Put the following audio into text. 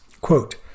Quote